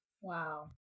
Wow